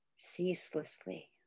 ceaselessly